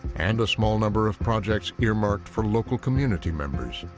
and a small number of projects earmarked for local community members.